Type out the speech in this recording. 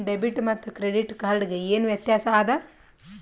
Debit ಮತ್ತ credit card ಗೆ ಏನ ವ್ಯತ್ಯಾಸ ಆದ?